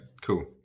cool